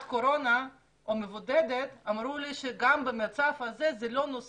קורונה או מבודדת אמרו לי שגם במצב הזה זה לא נושא